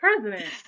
president